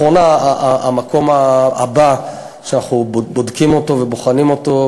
אחרונה: המקום הבא שאנחנו בודקים ובוחנים אותו,